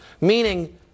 Meaning